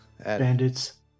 Bandits